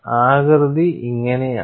ആകൃതി ഇങ്ങനെയാണ്